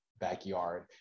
backyard